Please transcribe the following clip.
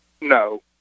No